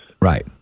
Right